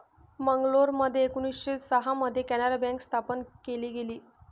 मंगलोरमध्ये एकोणीसशे सहा मध्ये कॅनारा बँक स्थापन केली गेली